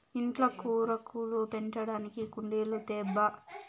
ఇంట్ల కూరాకులు పెంచడానికి కుండీలు తేబ్బా